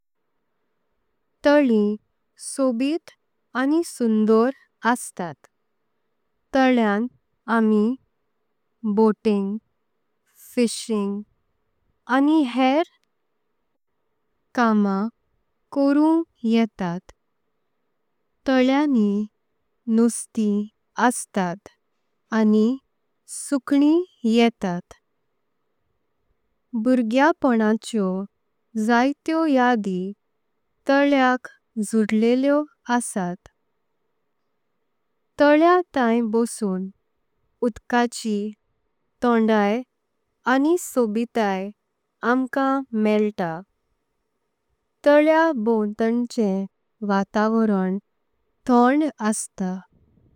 तळी सोबीत आणि सुंदर अस्तां तळ्यान आमि। बोटींग फिशिंग आणि हेर उसलीं कामां करू। येता तळ्यांनी नुस्ती म आसतात आणि सुकणी। येतात भुर्गेप्पणाचेओ जांतेओ यादि तळेयाक। जुळिल्लेओ आसतात तळेय थांय बसून। उदकाची थंडाई आणि सोबीताय आम्हां मेळता। तळेय भोंवटन्नेंचें वातावरण थंड आसता।